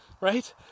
Right